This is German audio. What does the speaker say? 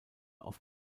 auf